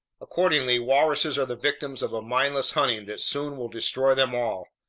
accordingly, walruses are the victims of a mindless hunting that soon will destroy them all,